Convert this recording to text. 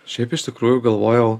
šiaip iš tikrųjų galvojau